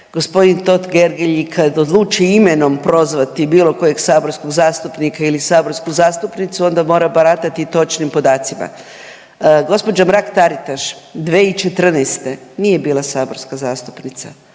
G. Totgergeli kad odluči imenom prozvati bilo kojeg saborskog zastupnika ili saborsku zastupnicu onda mora baratati točnim podacima. Gđa. Mrak-Taritaš 2014. nije bila saborska zastupnica,